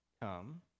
come